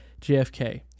JFK